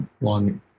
long